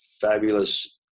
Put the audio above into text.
fabulous